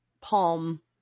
palm